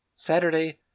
Saturday